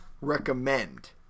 recommend